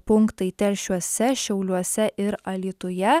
punktai telšiuose šiauliuose ir alytuje